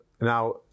Now